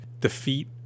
defeat